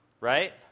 right